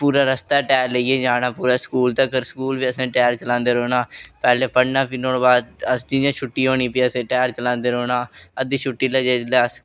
पूरे रस्ते टायर लेइयै जाना पूरे स्कूल तगर असें टायर चलांदे रौह्ना पैह्लें पढ़ना नुहाड़े बाद जि'यां छुट्टी होनी भी असें टायर चलांदे रौह्ना अद्धी छुट्टी लै जिसलै अस